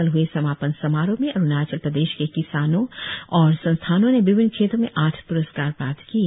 कल ह्ए समापन समारोह में अरुणाचल प्रदेश के किसानों और संस्थानों ने विभिन्न क्षेत्रों में आठ प्रस्कार प्राप्त किए